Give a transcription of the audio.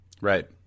Right